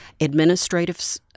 administrative